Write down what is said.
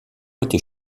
était